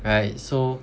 right so